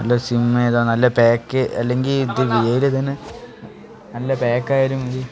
നല്ല സിം ഏതാണ് നല്ല പാക്ക് അല്ലെങ്കിൽ ഇത് വിഐയിൽ തന്നെ നല്ല പാക്ക് ആയാലും മതി